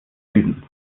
süden